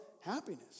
happiness